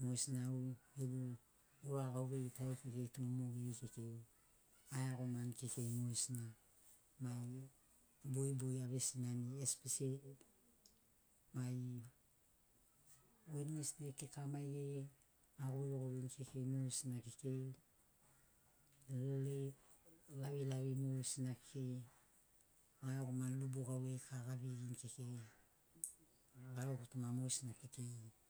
mogesina au gegu ura gauveiri tari kekei tu mogeri kekei aeagomanini kekei mogesina mai bogibogi avesinani espesili mai wednisdei kika maigeri agurigurini kekei mogesina kekei eli lavilavi mogesina kekei aeagomani lubu gauveiri kika aveini kekei garo gutuma mogesina kekei.